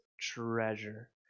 treasure